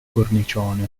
cornicione